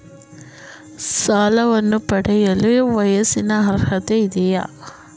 ಸಾಲವನ್ನು ಪಡೆಯಲು ವಯಸ್ಸಿನ ಅರ್ಹತೆ ಇದೆಯಾ?